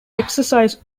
exercise